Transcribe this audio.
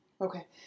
Okay